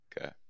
Okay